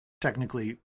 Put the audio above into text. technically